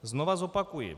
Znovu zopakuji.